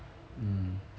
mm